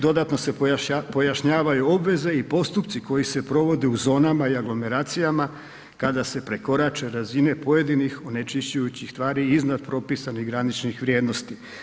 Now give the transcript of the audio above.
Dodatno se pojašnjavaju obveze i postupci koji se provode u zonama i aglomeracijama kada se prekorače razine pojedinih onečišćujućih tvari iznad propisanih graničnih vrijednosti.